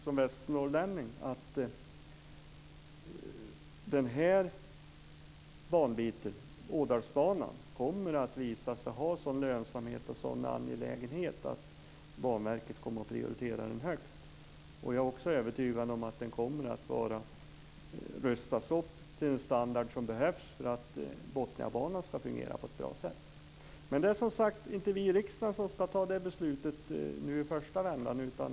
Som västernorrlänning är jag övertygad om att Ådalsbanan kommer att visa sig ha sådan lönsamhet och sådan angelägenhet att Banverket kommer att prioritera den högt. Jag är också övertygad om att den kommer att rustas upp till den standard som behövs för att Botniabanan ska fungera på ett bra sätt. Men det är som sagt inte vi i riksdagen som ska fatta det beslutet nu i första vändan.